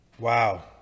Wow